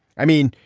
i mean,